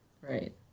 Right